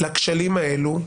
לכשלים האלה טופל.